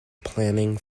planning